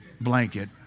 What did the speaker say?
blanket